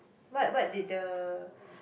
what what did the